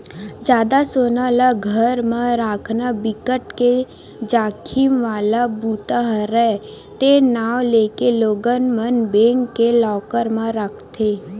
जादा सोना ल घर म राखना बिकट के जाखिम वाला बूता हरय ते नांव लेके लोगन मन बेंक के लॉकर म राखथे